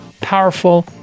powerful